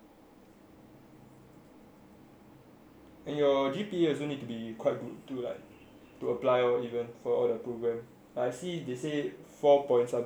and your G_P_A needs to be quite good to like or to apply or for the program I see they say four point something and above ah